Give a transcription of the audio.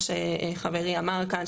מה שחברי אמר כאן.